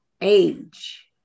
age